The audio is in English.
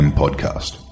podcast